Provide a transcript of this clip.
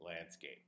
landscape